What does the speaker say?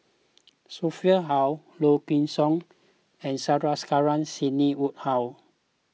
Sophia Hull Low Kway Song and Sandrasegaran Sidney Woodhull